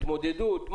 התמודדות.